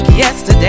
Yesterday